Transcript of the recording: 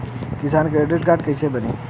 किसान credit card कइसे बानी?